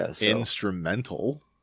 instrumental